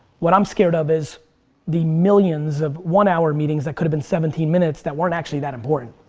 what i'm scared of is the millions of one hour meetings that could've been seventeen minutes that weren't actually that important.